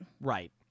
Right